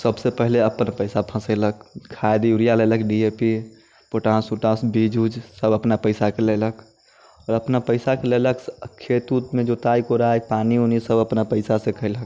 तऽ सभ से पहले अपन पैसा फँसेलक खाद यूरिया लेलक डी ए पी पोटाश वोटाश बीज उज सभ अपना पैसाके लेलक आओर अपना पैसाके लेलक खेत ओतमे जोताइ कोराइ पानि उनि सभ अपन पैसा से कयलक